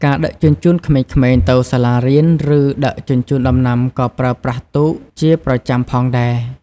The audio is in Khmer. ការដឹកជញ្ជូនក្មេងៗទៅសាលារៀន ឬដឹកជញ្ជូនដំណាំក៏ប្រើប្រាស់ទូកជាប្រចាំផងដែរ។